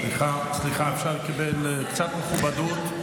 סליחה, סליחה, אפשר לקבל קצת מכובדות?